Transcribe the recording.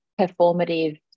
performative